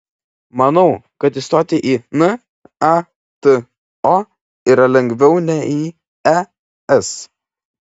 manau kad stoti į nato yra lengviau nei į es